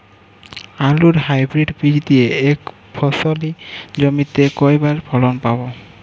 আলুর হাইব্রিড বীজ দিয়ে এক ফসলী জমিতে কয়বার ফলন পাব?